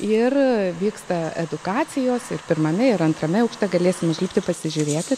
ir vyksta edukacijos ir pirmame ir antrame aukšte galėsim užlipti ir pasižiūrėti